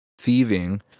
Thieving